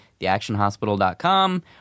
theactionhospital.com